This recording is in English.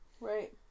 Right